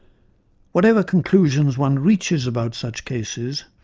whatever conclusions one reaches about such cases,